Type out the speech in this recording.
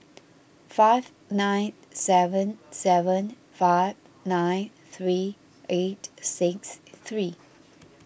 five nine seven seven five nine three eight six three